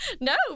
No